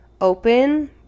open